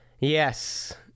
yes